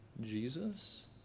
Jesus